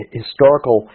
historical